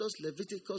Leviticus